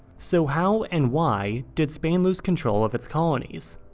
so, how and why did spain lose control of its colonies?